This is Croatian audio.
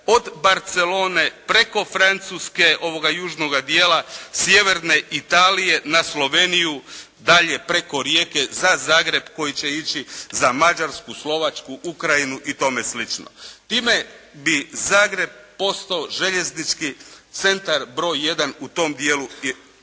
od Barcelone preko Francuske, ovoga južnoga dijela sjeverne Italije na Sloveniju dalje preko Rijeke za Zagreb koji će ići za Mađarsku, Slovačku, Ukrajinu i tome slično. Time bi Zagreb postao željeznički centar broj jedan u tom dijelu